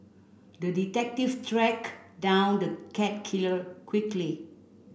the detective tracked down the cat killer quickly